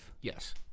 Yes